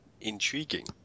Intriguing